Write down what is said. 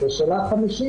ושאלה חמישית,